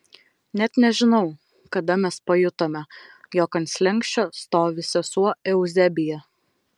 net nežinau kada mes pajutome jog ant slenksčio stovi sesuo euzebija